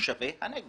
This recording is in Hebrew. לתושבי הנגב,